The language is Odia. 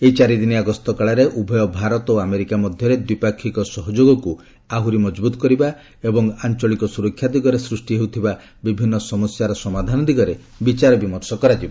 ଏହି ଚାରିଦିନିଆଗସ୍ତ କାଳରେ ଉଭୟ ଭାରତ ଓ ଆମେରିକା ମଧ୍ୟରେ ଦ୍ୱିପାକ୍ଷିକ ସହଯୋଗ ଆହୁରି ମଜବୁତ କରିବା ଏବଂ ଆଞ୍ଚଳିକ ସୁରକ୍ଷା ଦିଗରେ ସୃଷ୍ଟି ହେଉଥିବା ବିଭିନ୍ନ ସମସ୍ୟାର ସମାଧାନ ଦିଗରେ ବିଚାରବିମର୍ଶ କରାଯିବ